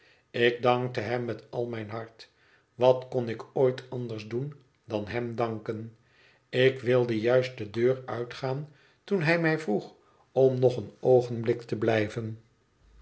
ik dankte hem met al mijn hart wat kon ik ooit anders doen dan hem danken ik wilde juist de deur uitgaan toen hij mij vroeg om nog een oogenblik te blijven